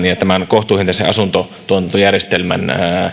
ja tämän kohtuuhintaisen asuntotuotantojärjestelmän